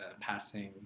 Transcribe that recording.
passing